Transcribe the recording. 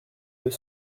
deux